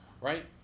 Right